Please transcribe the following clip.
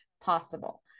possible